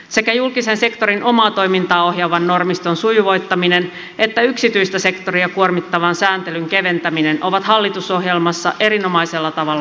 sekä julkisen sektorin omaa toimintaa ohjaavan normiston sujuvoittaminen että yksityistä sektoria kuormittavan sääntelyn keventäminen ovat hallitusohjelmassa erinomaisella tavalla mukana